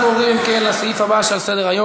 אנחנו עוברים להצבעה על הצעת החוק השלישית,